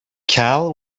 cal